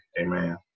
Amen